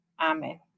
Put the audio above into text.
Amen